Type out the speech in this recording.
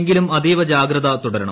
എങ്കിലും അതീവ ജാഗ്രത തുടരണം